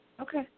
Okay